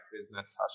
business